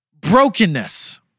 brokenness